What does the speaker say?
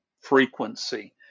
frequency